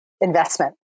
investment